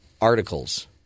articles